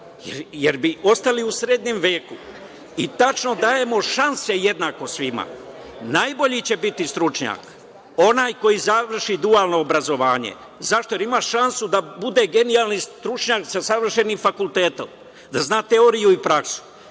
jer bi ostali u srednjem veku. I tačno dajemo šanse jednako svima. Najbolji će biti stručnjak onaj koji završi dualno obrazovanje. Zašto? Jer ima šansu da bude genijalni stručnjak sa završenim fakultetom, da zna teoriju i